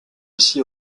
aussi